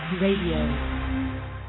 Radio